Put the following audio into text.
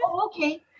okay